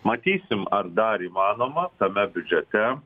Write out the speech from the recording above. matysim ar dar įmanoma tame biudžete